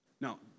Now